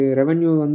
revenue